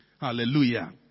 Hallelujah